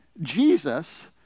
Jesus